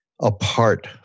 apart